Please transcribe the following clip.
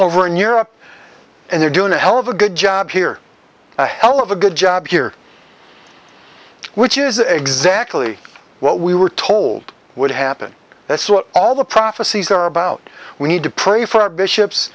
over in europe and they're doing a hell of a good job here a hell of a good job here which is exactly what we were told would happen that's what all the prophecies are about we need to pray for our b